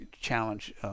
challenge